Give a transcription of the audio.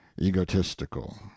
egotistical